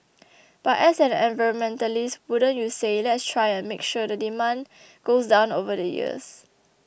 but as an environmentalist wouldn't you say let's try and make sure that the demand goes down over the years